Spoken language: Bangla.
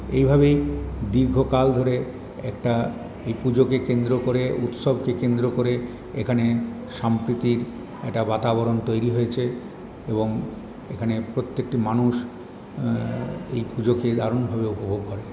এইভাবেই দীর্ঘকাল ধরে একটা এই পুজোকে কেন্দ্র করে উৎসবকে কেন্দ্র করে এখানে সম্প্রীতির একটা বাতাবরণ তৈরি হয়েছে এবং এখানে প্রত্যেকটি মানুষ এই পুজোকে দারুণভাবে উপভোগ করেন